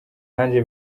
ange